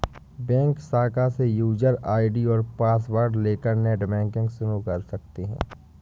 bank शाखा से user ID और पॉसवर्ड लेकर नेटबैंकिंग शुरू कर सकते है